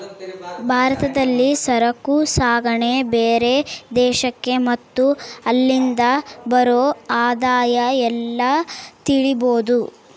ಭಾರತದಲ್ಲಿ ಸರಕು ಸಾಗಣೆ ಬೇರೆ ದೇಶಕ್ಕೆ ಮತ್ತೆ ಅಲ್ಲಿಂದ ಬರೋ ಆದಾಯ ಎಲ್ಲ ತಿಳಿಬೋದು